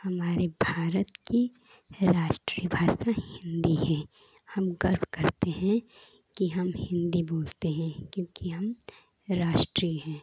हमारे भारत की राष्ट्रीय भाषा हिन्दी है हम गर्व करते हैं कि हम हिन्दी बोलते हैं क्योंकि हम राष्ट्रीय हैं